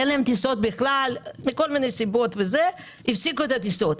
אין להם בכלל טיסות מכל מיני סיבות הפסיקו את הטיסות.